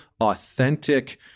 authentic